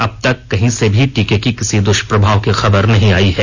अब तक कहीं से भी टीके के किसी दुष्प्रभाव की खबर नहीं आई हैं